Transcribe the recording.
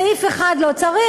סעיף אחד לא צריך,